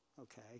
Okay